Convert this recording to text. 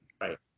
Right